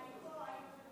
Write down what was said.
אני פה.